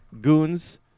goons